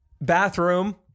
bathroom